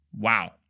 Wow